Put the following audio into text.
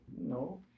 No